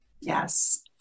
Yes